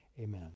amen